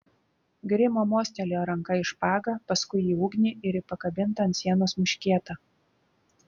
grimo mostelėjo ranka į špagą paskui į ugnį ir į pakabintą ant sienos muškietą